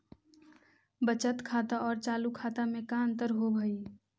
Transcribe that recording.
बचत खाता और चालु खाता में का अंतर होव हइ?